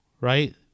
right